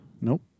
Nope